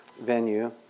venue